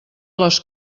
les